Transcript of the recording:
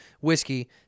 whiskey